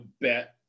bet